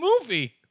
movie